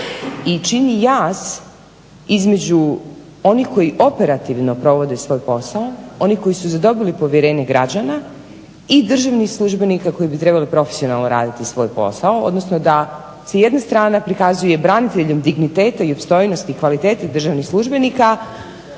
čini jaz između onih koji operativno provode svoj posao, onih koji su zadobili povjerenje građana i državnih službenika koji bi trebali profesionalno raditi svoj posao, odnosno da s jedne strane pokazuje braniteljem digniteta, opstojnosti i kvalitete državnih službenika,